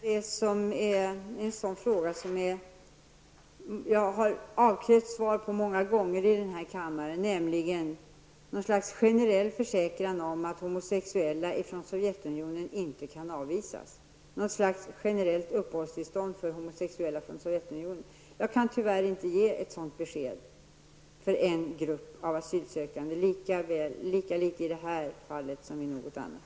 Fru talman! Barbro Westerholm ställer återigen en fråga som jag många gånger avkrävts svar på här i kammaren. Hon begär något slags generell försäkran om att homosexuella från Sovjetunionen inte skall kunna avvisas, dvs. att vi generellt skulle ge ett uppehållstillstånd för homosexuella från Sovjetunionen. Ett besked i den riktningen kan jag tyvärr inte ge för en grupp av asylsökande -- lika litet i detta fall som i något annat.